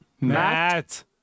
Matt